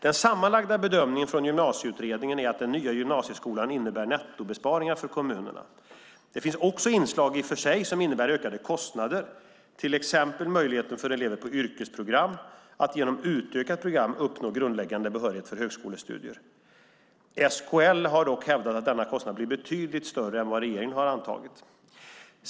Den sammanlagda bedömningen från Gymnasieutredningen är att den nya gymnasieskolan innebär nettobesparingar för kommunerna. Det finns i och för sig också inslag som innebär ökade kostnader, till exempel möjligheten för elever på yrkesprogram att genom utökat program uppnå grundläggande behörighet för högskolestudier. SKL har dock hävdat att denna kostnad blir betydligt större än vad regeringen antagit.